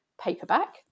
paperback